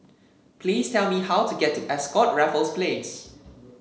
please tell me how to get to Ascott Raffles Place